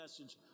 message